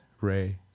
ray